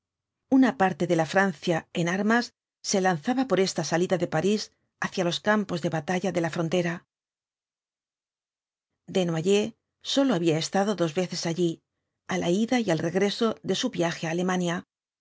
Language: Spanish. una parte de la francia en armas se lanzaba por esta salida de parís hacia los campos de batalla de la frontera desnoyers sólo había estado dos veces allí á la ida y al regreso de su viaje á alemania